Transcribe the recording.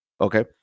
Okay